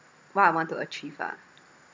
what I want to achieve ah